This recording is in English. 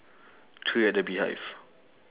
three at the beehive